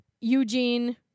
Eugene